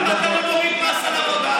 למה אתה לא מוריד את המס על עבודה?